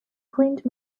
cleaned